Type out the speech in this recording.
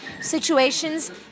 situations